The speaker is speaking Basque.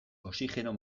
oxigeno